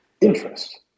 interest